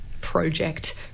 Project